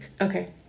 Okay